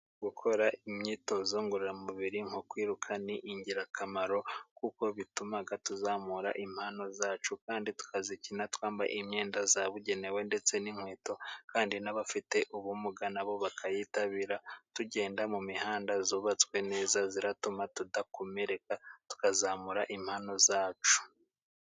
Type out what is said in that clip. Gukora imyitozo ngororamubiri nko kwiruka ni ingirakamaro kuko bituma tuzamura impano zacu, kandi tukayikina twambaye imyenda yabugenewe ndetse n'inkweto kandi n'abafite ubumuga nabo bakayitabira, tugenda mu mihanda yubatswe neza ituma tudakomereka tukazamura impano zacu.